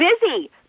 busy